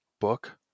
book